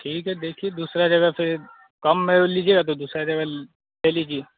ठीक है देखिए दूसरा जगह पर कम में लीजिएगा तो दूसरा जगह ल ले लीजिए